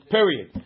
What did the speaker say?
Period